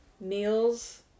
meals